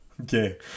Okay